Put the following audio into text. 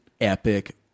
epic